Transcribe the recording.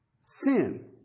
Sin